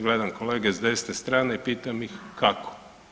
Gledam kolege sa desne strane i pitam ih kako?